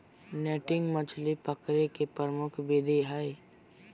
netting मछली पकडे के प्रमुख विधि हइ